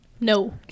No